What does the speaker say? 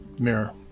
mirror